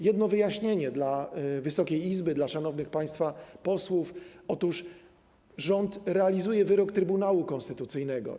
Jedno wyjaśnienie dla Wysokiej Izby, dla szanownych państwa posłów - otóż rząd realizuje wyrok Trybunału Konstytucyjnego.